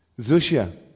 Zushia